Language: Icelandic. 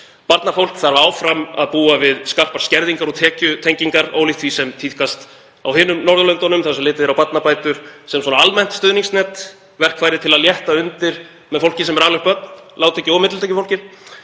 Barnafólk þarf áfram að búa við skarpar skerðingar og tekjutengingar, ólíkt því sem tíðkast annars staðar á Norðurlöndunum þar sem litið er á barnabætur sem svona almennt stuðningsnet, verkfæri til að létta undir með fólki sem er að ala upp börn, lágtekju- og millitekjufólki.